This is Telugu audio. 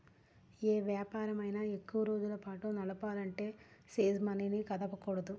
యే వ్యాపారమైనా ఎక్కువరోజుల పాటు నడపాలంటే సీడ్ మనీని కదపకూడదు